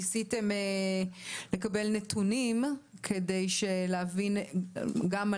ניסיתם לקבל נתונים כדי להבין גם את